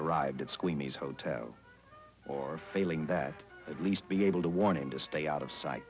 arrived at squeamish hotel or failing that at least be able to warn him to stay out of sight